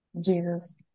jesus